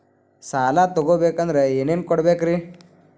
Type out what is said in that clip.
ಸಾಲ ತೊಗೋಬೇಕಂದ್ರ ಏನೇನ್ ಕೊಡಬೇಕ್ರಿ?